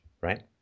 right